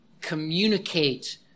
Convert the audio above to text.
communicate